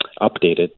updated